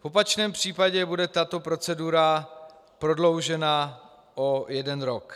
V opačném případě bude tato procedura prodloužena o jeden rok.